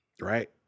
right